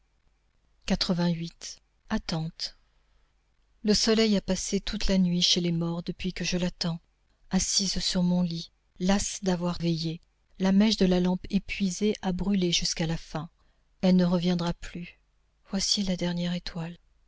attente le soleil a passé toute la nuit chez les morts depuis que je l'attends assise sur mon lit lasse d'avoir veillé la mèche de la lampe épuisée a brûlé jusqu'à la fin elle ne reviendra plus voici la dernière étoile